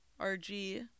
rg